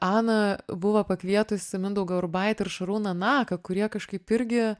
ana buvo pakvietusi mindaugą urbaitį ir šarūną naką kurie kažkaip irgi